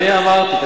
אני אמרתי,